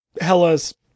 Hella's